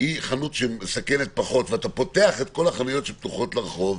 היא חנות שמסכנת פחות ואתה פותח את כל החנויות שפתוחות לרחוב,